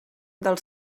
del